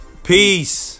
Peace